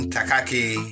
Takaki